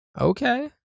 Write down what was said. Okay